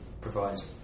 provides